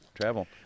travel